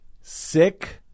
Sick